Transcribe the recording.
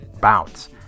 bounce